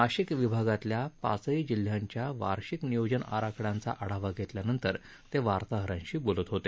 नाशिक विभागातील पाचही जिल्ह्यांच्या वार्षिक नियोजन आराखड्यांचा आढावा घेतल्यानंतर ते वार्ताहरांशी बोलत होते